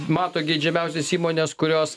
mato geidžiamiausias įmones kurios